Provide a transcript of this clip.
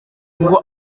ngo